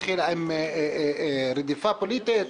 התחיל עם רדיפה פוליטית,